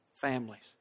families